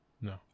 No